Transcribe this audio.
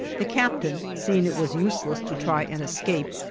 the captain, seeing it was useless to try and escape,